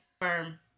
firm